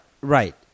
right